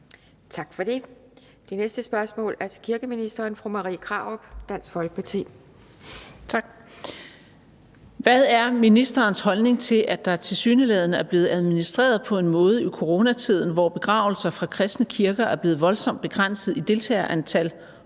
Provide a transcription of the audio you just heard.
18:56 Spm. nr. S 1132 47) Til kirkeministeren af: Marie Krarup (DF): Hvad er ministerens holdning til, at der tilsyneladende er blevet administreret på en måde i coronatiden, hvor begravelser fra kristne kirker er blevet voldsomt begrænset i deltagerantal